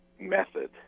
method